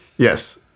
Yes